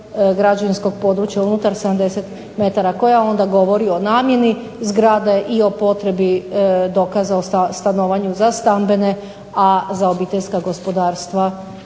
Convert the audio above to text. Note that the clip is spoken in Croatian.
građevinskog područja unutar 70 metara koja onda govori o namjeni zgrade i o potrebi dokaza o stanovanju za stambene, a za obiteljska gospodarstva